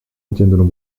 contiennent